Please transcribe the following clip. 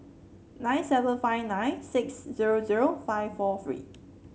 nine seven five nine six zero zero five four three